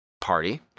party